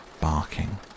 barking